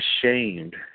ashamed